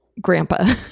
grandpa